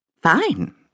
Fine